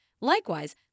Likewise